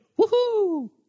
woohoo